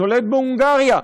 שולט בהונגריה.